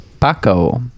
Paco